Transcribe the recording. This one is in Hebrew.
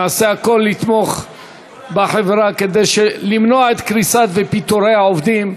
נעשה הכול לתמוך בחברה כדי למנוע את קריסתה ופיטורי העובדים.